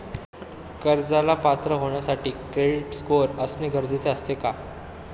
कर्जाला पात्र होण्यासाठी क्रेडिट स्कोअर असणे गरजेचे असते का?